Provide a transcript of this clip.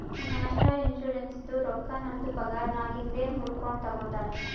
national ಇನ್ಶುರೆನ್ಸದು ರೊಕ್ಕಾ ನಮ್ದು ಪಗಾರನ್ನಾಗಿಂದೆ ಮೂರ್ಕೊಂಡು ತಗೊತಾರ್